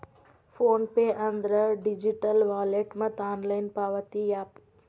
phone pay ಅಂದ್ರ digital wallet ಮತ್ತ online ಪಾವತಿ ಯಾಪ್